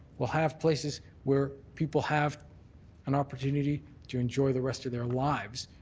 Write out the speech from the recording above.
we'll have places where people have an opportunity to enjoy the rest of their lives,